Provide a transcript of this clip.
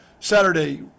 Saturday